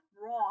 raw